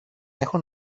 έχω